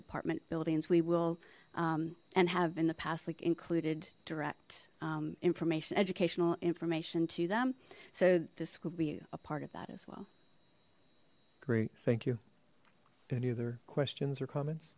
apartment buildings we will and have in the past like included direct information educational information to them so this could be a part of that as well great thank you any other questions or comments